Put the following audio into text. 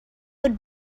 would